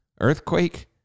earthquake